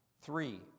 Three